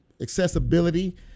accessibility